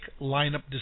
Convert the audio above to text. lineup